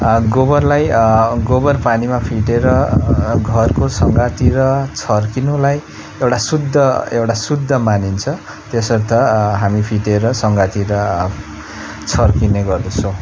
गोबरलाई गोबर पानीमा फिटेर घरको सङ्घारतिर छर्किनुलाई एउटा शुद्ध एउटा शुद्ध मानिन्छ त्यसर्थ हामी फिटेर सङ्घारतिर छर्किने गर्दर्छौँ